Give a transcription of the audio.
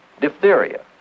diphtheria